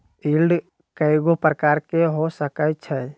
yield कयगो प्रकार के हो सकइ छइ